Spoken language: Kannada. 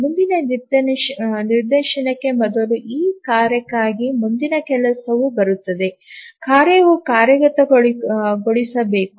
ಮುಂದಿನ ನಿದರ್ಶನಕ್ಕೆ ಮೊದಲು ಈ ಕಾರ್ಯಕ್ಕಾಗಿ ಮುಂದಿನ ಕೆಲಸವು ಬರುತ್ತದೆ ಕಾರ್ಯವು ಕಾರ್ಯಗತಗೊಳಿಸಬೇಕು